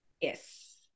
yes